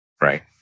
Right